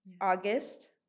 August